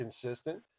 consistent